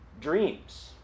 Dreams